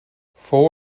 fou